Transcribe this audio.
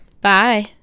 Bye